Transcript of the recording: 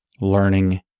Learning